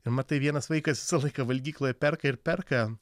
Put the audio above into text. ir matai vienas vaikas visą laiką valgykloje perka ir perka